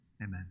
amen